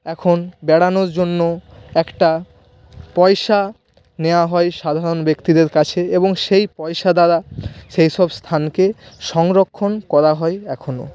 এখন বেড়ানোর জন্য একটা পয়সা নেওয়া হয় সাধারণ ব্যক্তিদের কাছে এবং সেই পয়সা দ্বারা সেইসব স্থানকে সংরক্ষণ করা হয় এখনও